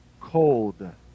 cold